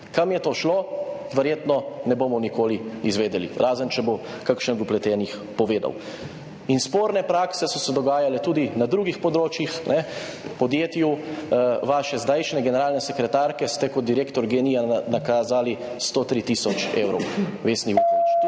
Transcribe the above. Kam je to šlo, verjetno ne bomo nikoli izvedeli, razen če bo povedal kakšen od vpletenih. Sporne prakse so se dogajale tudi na drugih področjih. Podjetju vaše zdajšnje generalne sekretarke ste kot direktor GEN-I nakazali 103 tisoč evrov, Vesni Vuković.